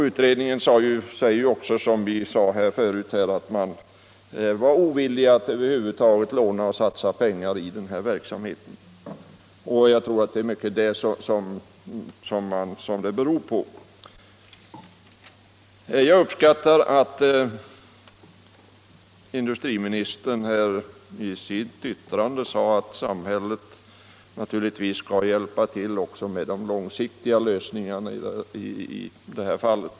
Utredningen anför också, vilket vi påpekat förut, att man över huvud taget varit ovillig att låna och satsa pengar i denna verksamhet. Jag tror att de uppkomna svårigheterna i stor utsträckning beror på detta. Jag uppskattar industriministerns yttrande att samhället naturligtvis måste hjälpa till också med de långsiktiga lösningarna i det här fallet.